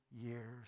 years